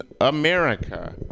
America